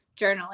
journaling